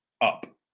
up